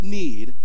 need